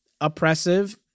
oppressive